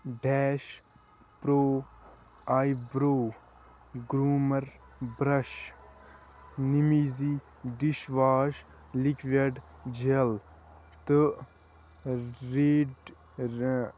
dash pro eyebrow groomer brush نِمیٖزی dish wash liquid gel تہٕ ریٖڈ را